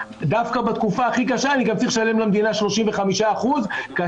דווקא בתקופה הכי קשה אני גם צריך לשלם למדינה 35% כאשר